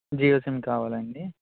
Jio sim కావాలా అండి